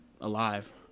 alive